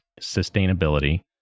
sustainability